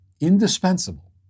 indispensable